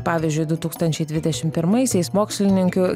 pavyzdžiui du tūkstančiai dvidešim pirmaisiais mokslininkių